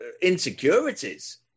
insecurities